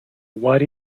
what